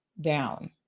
down